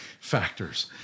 factors